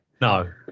No